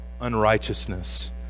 unrighteousness